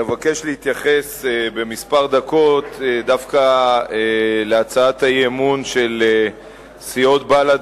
אבקש להתייחס בכמה דקות דווקא להצעת האי-האמון של סיעות בל"ד